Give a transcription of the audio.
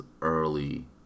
early